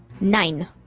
Nine